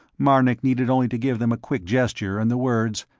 marnik needed only to give them a quick gesture and the words,